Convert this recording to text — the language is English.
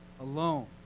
alone